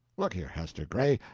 look here, hester gray,